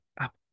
up